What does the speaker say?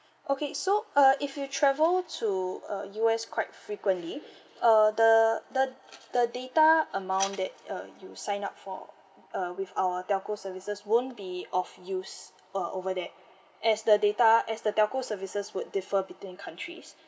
okay so uh if you travel to uh U_S quite frequently uh the the the data amount that uh you sign up for uh with our telco services won't be of use uh over there as the data as the telco services would differ between countries